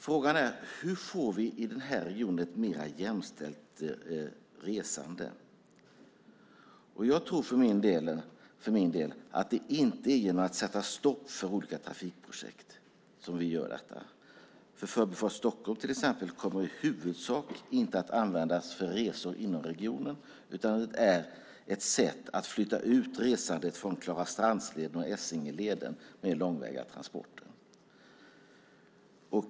Frågan är hur vi i denna region får ett mer jämställt resande. För min del tror jag inte att det är genom att sätta stopp för olika trafikprojekt. Förbifart Stockholm kommer i huvudsak inte att användas för resor inom regionen utan är ett sätt att flytta ut resandet med långväga transporter från Klarastrandsleden och Essingeleden.